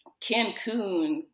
Cancun